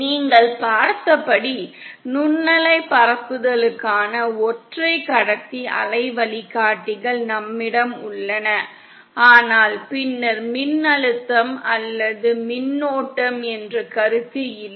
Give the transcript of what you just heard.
நீங்கள் பார்த்தபடி நுண்ணலை பரப்புதலுக்கான ஒற்றை கடத்தி அலை வழிகாட்டிகள் நம்மிடம் உள்ளன ஆனால் பின்னர் மின்னழுத்தம் அல்லது மின்னோட்டம் என்ற கருத்து இல்லை